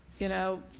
you know,